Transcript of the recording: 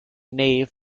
nave